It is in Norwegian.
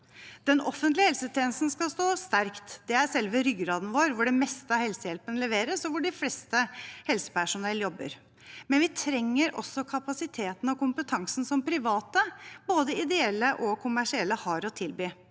Den offentlige helsetjenesten skal stå sterkt. Det er selve ryggraden vår, hvor det meste av helsehjelpen leveres, og hvor flesteparten av helsepersonellet jobber, men vi trenger også kapasiteten og kompetansen som private, både ideelle og kommersielle, har å tilby.